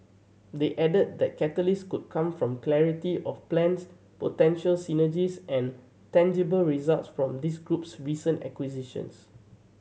they added that catalysts could come from clarity of plans potential synergies and tangible results from this group's recent acquisitions